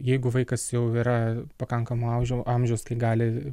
jeigu vaikas jau yra pakankamo amžiau amžiaus kai gali